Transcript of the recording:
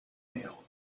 mail